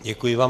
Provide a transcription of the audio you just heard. Děkuji vám.